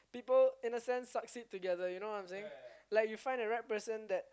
people in a sense succeed together you know what I'm saying like you find a right person that